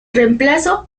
reemplazo